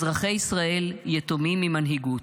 אזרחי ישראל יתומים ממנהיגות.